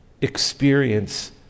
experience